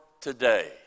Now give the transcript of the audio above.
today